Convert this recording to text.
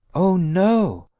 oh, no!